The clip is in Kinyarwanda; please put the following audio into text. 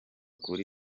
kuri